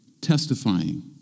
testifying